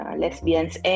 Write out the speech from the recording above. lesbians